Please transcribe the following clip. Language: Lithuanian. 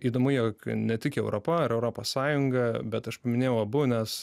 įdomu jog ne tik europa ar europos sąjunga bet aš paminėjau abu nes